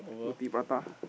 roti prata